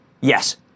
Yes